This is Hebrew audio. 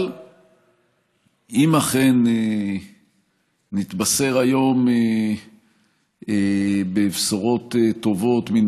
אבל אם אכן נתבשר היום בבשורות טובות מן